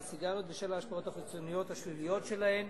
סיגריות בשל ההשפעות החיצוניות השליליות שלהן.